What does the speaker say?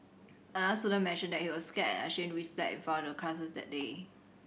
another student mentioned that he was scared and ashamed to be slapped in front of the class that day